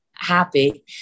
happy